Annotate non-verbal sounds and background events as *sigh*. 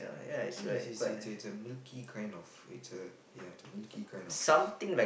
mm I think it's it's it's it's a milky kind of it's a ya it's a milky kind of *breath*